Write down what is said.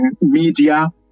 media